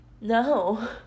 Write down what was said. no